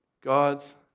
God's